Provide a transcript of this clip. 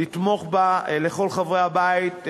לכל חברי הבית,